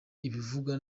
ibivugwa